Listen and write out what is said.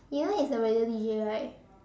Niel is a radio D_J right